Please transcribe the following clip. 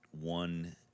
one